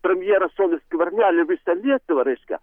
premjero sauliaus skvernelio visą lietuvą reiškia